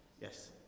Yes